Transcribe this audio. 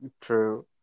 True